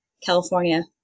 California